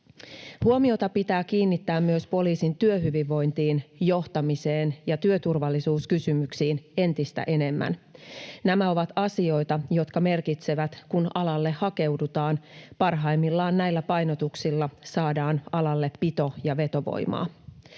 Huomiota pitää kiinnittää myös poliisin työhyvinvointiin, johtamiseen ja työturvallisuuskysymyksiin entistä enemmän. Nämä ovat asioita, jotka merkitsevät, kun alalle hakeudutaan — parhaimmillaan näillä painotuksilla saadaan alalle pito- ja vetovoimaa.